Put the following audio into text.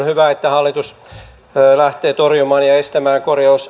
hyvä että hallitus lähtee torjumaan ja estämään